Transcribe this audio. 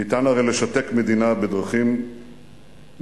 ניתן הרי לשתק מדינה בדרכים מוכרות,